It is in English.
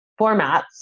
formats